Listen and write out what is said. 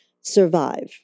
survive